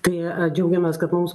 tai džiaugiamės kad mums